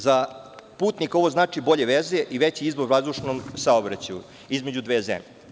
Za putnike ovo znači bolje veze i veći izbor vazdušnog saobraćaja između dve zemlje.